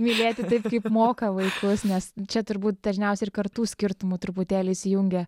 mylėti taip kaip moka vaikus nes čia turbūt dažniausiai ir kartų skirtumų truputėlį įsijungia